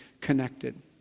connected